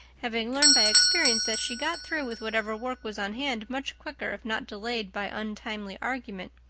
having learned by experience that she got through with whatever work was on hand much quicker if not delayed by untimely argument.